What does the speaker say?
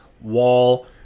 Wall